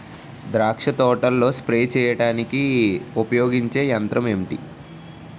ద్రాక్ష తోటలో స్ప్రే చేయడానికి ఉపయోగించే యంత్రం ఎంటి?